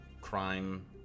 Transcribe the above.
crime